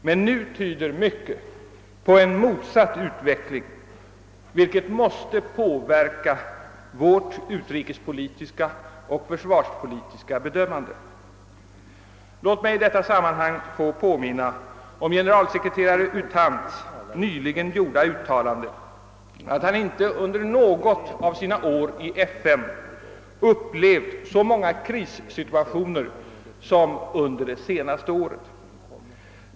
Men nu tyder mycket på en motsatt utveckling, vilket måste påverka vårt utrikespolitiska och försvarspolitiska bedömande. Låt mig i detta sammanhang få påminna om generalsekreterare U Thants nyligen gjorda uttalande att han inte under något av sina år i FN upplevt så många krissituationer som under det senaste året.